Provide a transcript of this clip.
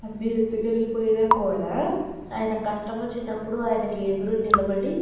అన్నీ ఎత్తుకెళ్ళిపోయినా కూడా ఆయన కష్టమొచ్చినప్పుడు ఆయనకి ఎదురు నిలబడి